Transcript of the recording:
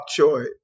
choy